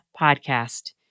Podcast